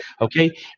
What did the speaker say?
Okay